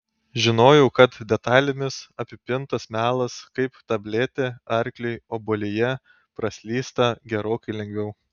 žinojau kad detalėmis apipintas melas kaip tabletė arkliui obuolyje praslysta gerokai lengviau